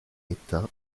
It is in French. état